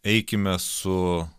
eikime su